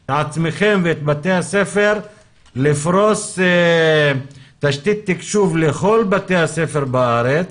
את עצמכם ואת בתי הספר לפרוס תשתית תקשוב לכל בתי הספר בארץ,